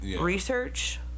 research